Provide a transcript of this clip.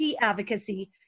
advocacy